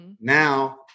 Now